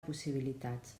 possibilitats